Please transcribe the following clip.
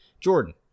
jordan